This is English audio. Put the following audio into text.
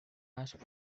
asked